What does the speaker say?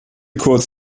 kurz